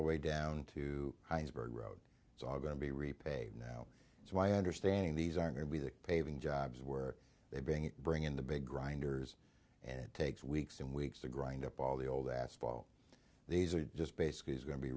the way down to iceberg road it's all going to be repaid now it's my understanding these are going to be the paving jobs where they bring it bring in the big grinders and it takes weeks and weeks to grind up all the old asphalt these are just basically going to be